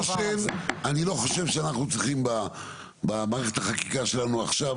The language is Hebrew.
אני לא חושב שאנחנו צריכים במערכת החקיקה שלנו עכשיו,